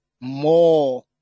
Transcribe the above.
more